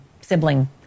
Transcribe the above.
sibling